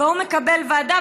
וההוא מקבל ועדה,